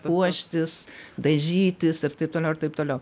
puoštis dažytis ir ir taip toliau ir taip toliau